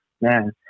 man